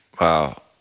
Wow